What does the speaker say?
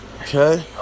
okay